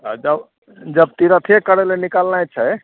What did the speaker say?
हँ जब जब तिरथे करै ले निकलनाइ छै